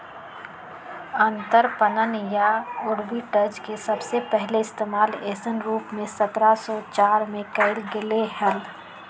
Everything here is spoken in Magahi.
अंतरपणन या आर्बिट्राज के सबसे पहले इश्तेमाल ऐसन रूप में सत्रह सौ चार में कइल गैले हल